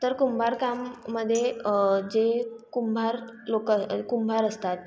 तर कुंभारकाम मध्ये जे कुंभार लोकं कुंभार असतात